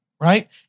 right